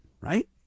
right